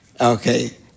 Okay